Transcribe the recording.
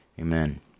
Amen